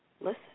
Listen